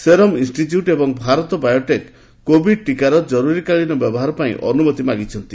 serum Institute ଏବଂ Bharat Biotech Covid ଟିକାର ଜରୁରୀକାଳୀନ ବ୍ୟବହାର ପାଇଁ ଅନୁମତି ମାଗିଛନ୍ତି